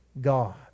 God